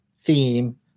theme